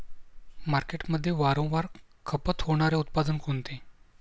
मार्केटमध्ये वारंवार खपत होणारे उत्पादन कोणते?